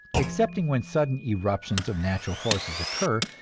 excepting when sudden eruptions of natural forces occur,